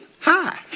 Hi